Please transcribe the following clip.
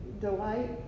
delight